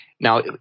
Now